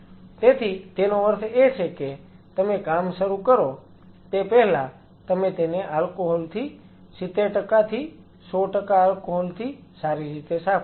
તેથી તેનો અર્થ એ છે કે તમે કામ શરૂ કરો તે પહેલાં તમે તેને આલ્કોહોલ થી 70 થી 100 આલ્કોહોલ થી સારી રીતે સાફ કરો